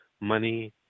money